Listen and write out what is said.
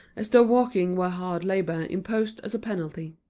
as though walking were hard labor imposed as a penalty.